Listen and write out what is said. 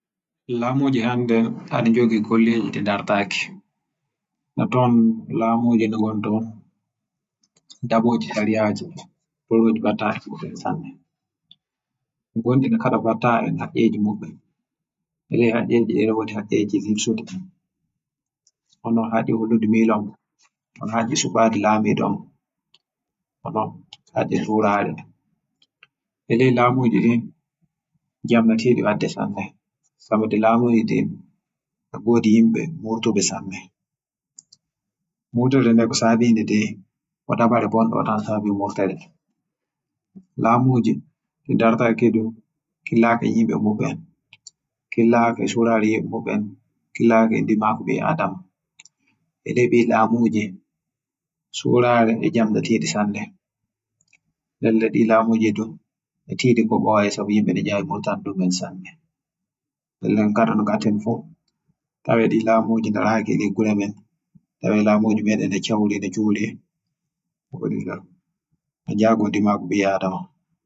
Laamuɗi hannden ana kayru golleji dartaki. Na ton laamuji na gonni sariyaji torroji batta en muɓɓen e leddi shariyaaje na to kudɗe na ton gaɗa battaje hakkeji mabbe. E ngodde na kada jemma fayi hakkeji tilsudi andaaɗi on hayye on haɗde nylon ɗon haɗɗe solaade lamiɗo ɗum haɗɗe suuraare. E leddi laamuuji jam hala tiidi sanne sabi yimɓe be njaawi muutuden, Yimɓe yaagataadum woodi nakulaadum janngo mabbe e laamuji yaakata yimɓe moɓɓen kin laata ɓiɓbe adama'en yidi njaawi samabuu sanne sawte nikosa e jemma. Woode neɗaɗda ema nanule ɓi laamuuji neddije wade no ngatta fu fa tetenin ngara tele meeden.